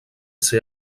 ser